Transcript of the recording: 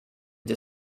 the